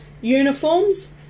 uniforms